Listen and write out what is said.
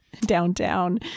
downtown